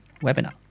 webinar